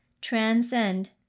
transcend